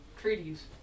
treaties